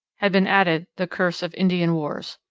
had been added the curse of indian wars.